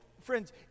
friends